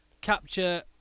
capture